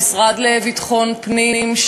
המשרד לביטחון פנים,